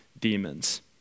demons